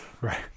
Right